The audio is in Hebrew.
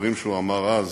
הדברים שהוא אמר אז,